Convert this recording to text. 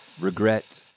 regret